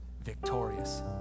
victorious